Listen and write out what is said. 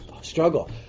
Struggle